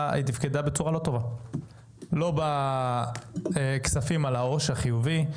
בצורה לא טובה לא בכספים על העו"ש החיובי,